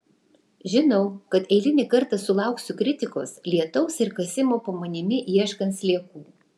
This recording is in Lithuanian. žinau kad eilinį kartą sulauksiu kritikos lietaus ir kasimo po manimi ieškant sliekų